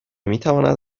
میتواند